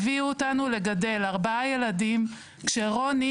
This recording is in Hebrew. הביאו אותנו לגדל ארבעה ילדים כשרוני